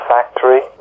Factory